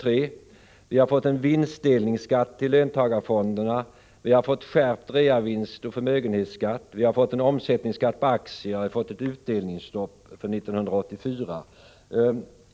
Vi har vidare fått en vinstdelningsskatt som går till löntagarfonderna, vi har fått skärpt reavinstoch förmögenhetsskatt, vi har fått en omsättningsskatt på aktier och vi har fått ett utdelningsstopp för 1984.